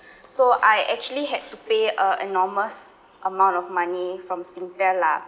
so I actually had to pay a enormous amount of money from Singtel lah